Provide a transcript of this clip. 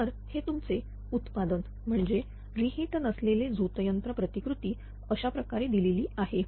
तर हे तुमचे ते उत्पादन म्हणजे रि हीट नसलेले झोतयंत्र प्रतिकृती अशाप्रकारे दिलेली आहे